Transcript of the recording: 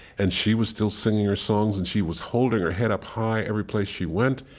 and she was still singing her songs. and she was holding her head up high every place she went.